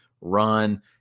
run